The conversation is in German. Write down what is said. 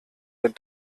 der